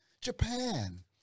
Japan